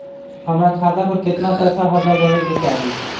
हमरा खाता पर केतना पैसा हरदम रहे के चाहि?